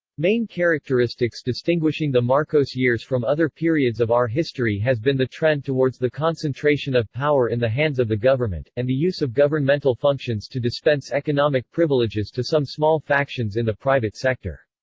main characteristics distinguishing the marcos years from other periods of our history has been the trend towards the concentration of power in the hands of the government, and the use of governmental functions to dispense economic privileges to some small factions in the private sector.